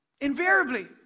Invariably